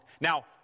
Now